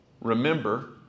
Remember